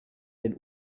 den